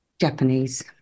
Japanese